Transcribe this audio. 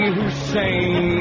Hussein